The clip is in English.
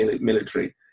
military